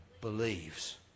Believes